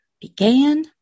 Began